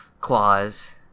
claws